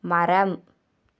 மரம்